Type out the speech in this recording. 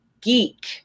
geek